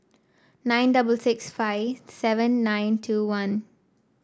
nine double six five seven nine two one